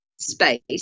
space